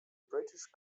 british